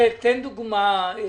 תן דוגמה.